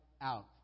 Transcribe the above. out